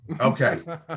Okay